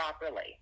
properly